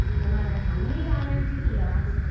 no matter how many diners you eat at,